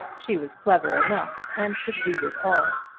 she was clever enough, and could read it all.